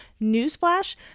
newsflash